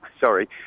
Sorry